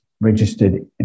registered